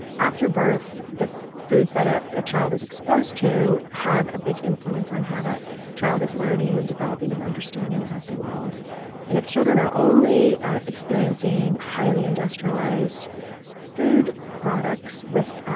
after birth, the foods that a ah child is exposed to have a big influence on how that child is learning, and developing and understanding the world and if children are only experiencing highly industrialized food products with